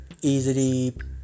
easily